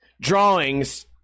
drawings